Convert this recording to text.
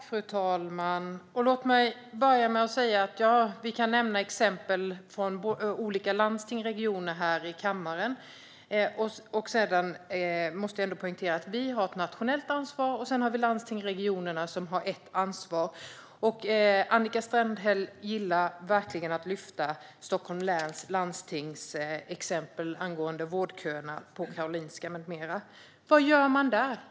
Fru talman! Här i kammaren kan vi nämna exempel från olika landsting och regioner. Men vi har ett nationellt ansvar, och landstingen och regionerna har sitt ansvar. Annika Strandhäll gillar verkligen att lyfta fram Stockholms läns landsting angående vårdköerna på Karolinska med mera. Vad gör man där?